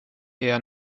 eher